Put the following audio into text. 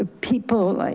ah people. like